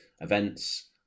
events